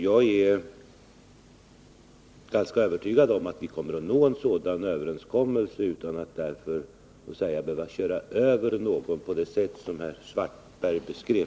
Jag är ganska övertygad om att vi kommer att nå en — industrin i sådan överenskommelse utan att behöva köra över någon på det sätt herr Stenungsund